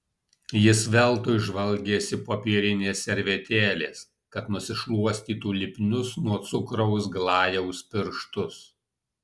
jis veltui žvalgėsi popierinės servetėlės kad nusišluostytų lipnius nuo cukraus glajaus pirštus